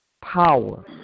power